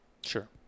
Sure